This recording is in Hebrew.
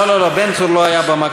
לא, לא, לא, בן צור לא היה במקום.